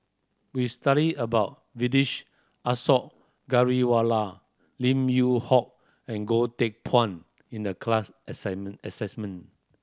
we studied about Vedish Asaw Ghariwala Lim Yew Hock and Goh Teck Phuan in the class